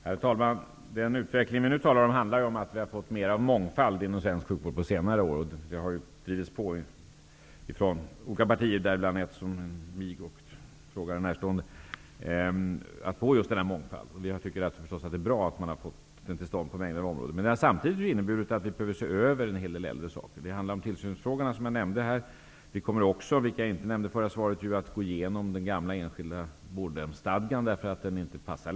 Herr talman! Beträffande den utveckling vi nu talar om handlar det om att det har blivit en större mångfald inom svensk sjukvård under senare år. Man har drivit på från olika partier, däribland ett mig och den frågande närstående parti, för att åstadkomma just denna mångfald. Jag tycker förstås att det är bra att man fått till stånd en mångfald på en mängd områden. Men det har samtidigt inneburit ett behov av en översyn av en hel del äldre saker. Det handlar om tillsynsfrågan, som jag nämnde här. Vi kommer också, som jag nämnde i förra svaret, att gå igenom den gamla enskilda vårdhemsstadgan, som inte längre passar.